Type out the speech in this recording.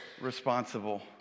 responsible